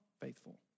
faithful